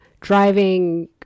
driving